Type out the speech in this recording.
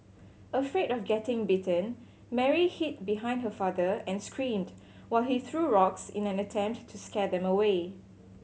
afraid of getting bitten Mary hid behind her father and screamed while he threw rocks in an attempt to scare them away